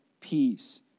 peace